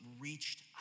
reached